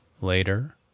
later